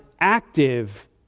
active